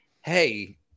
hey